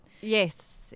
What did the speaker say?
Yes